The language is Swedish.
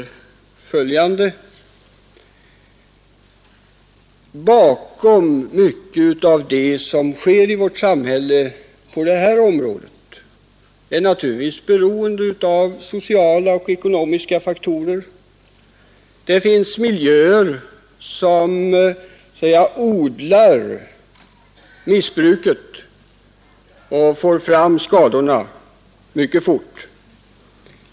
Mycket av vad som sker i vårt samhälle på detta område är naturligtvis beroende av sociala och ekonomiska faktorer. Det finns miljöer som så att säga odlar missbruket och får fram skadorna mycket fort.